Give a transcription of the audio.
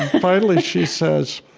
finally, she says,